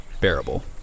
bearable